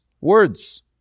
Words